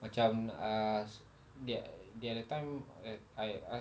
macam uh the the other time I I I